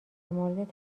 مورد